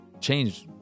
change